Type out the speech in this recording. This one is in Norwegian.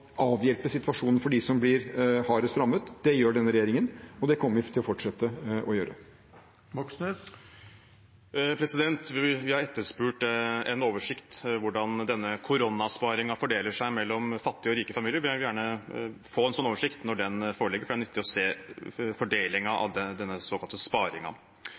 avhjelpe situasjonen for dem som blir hardest rammet. Det gjør denne regjeringen, og det kommer vi til å fortsette å gjøre Vi har etterspurt en oversikt over hvordan denne korona-sparingen fordeler seg mellom fattige og rike familier, og jeg vil gjerne ha en slik oversikt når den foreligger. Det er nyttig å se fordelingen av denne såkalte